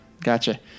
Gotcha